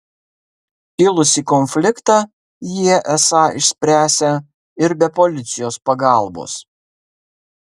kilusį konfliktą jie esą išspręsią ir be policijos pagalbos